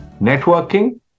Networking